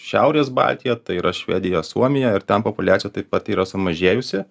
šiaurės baltiją tai yra švediją suomiją ir ten populiacija taip pat yra sumažėjusi